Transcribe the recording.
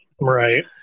right